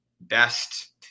best